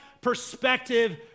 perspective